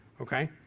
okay